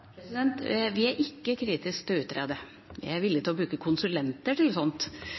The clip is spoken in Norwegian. Vi er ikke kritisk til å utrede, vi er villig til å bruke konsulenter til sånt